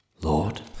Lord